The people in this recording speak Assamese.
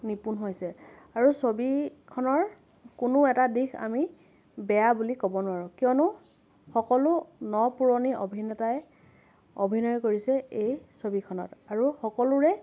নিপুণ হৈছে আৰু ছবিখনৰ কোনো এটা দিশ আমি বেয়া বুলি ক'ব নোৱাৰোঁ কিয়নো সকলো ন পুৰণি অভিনেতাই অভিনয় কৰিছে এই ছবিখনত আৰু সকলোৰে